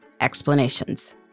explanations